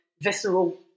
visceral